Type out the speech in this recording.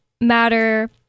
Matter